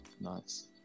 Nice